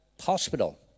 hospital